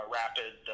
rapid